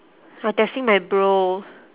I texting my bro